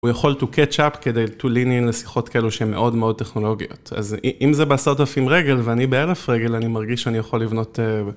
הוא יכול to catch up כדי to lean-in לשיחות כאלו שהן מאוד מאוד טכנולוגיות. אז אם זה בסוף עם רגל ואני באלף רגל, אני מרגיש שאני יכול לבנות.